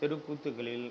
தெருக்கூத்துக்களில்